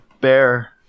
bear